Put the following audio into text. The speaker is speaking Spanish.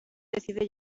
decide